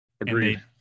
Agreed